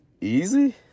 easy